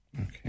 Okay